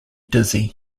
dizzy